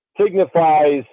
signifies